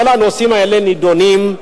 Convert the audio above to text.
כל הנושאים האלה נדונים,